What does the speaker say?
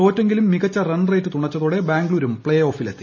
തോറ്റെങ്കിലും മികച്ച run rate തുണച്ചതോടെ ബാംഗ്ലൂരും പ്നേ ഓഫില്ലെത്തി